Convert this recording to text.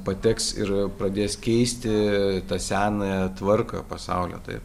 pateks ir pradės keisti tą senąją tvarką pasaulio tai